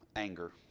anger